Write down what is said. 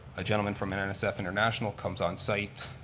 a gentleman from and nsf international comes on site.